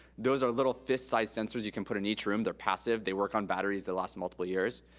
those are little fist-sized sensors you can put in each room. they're passive, they work on batteries they last multiple years.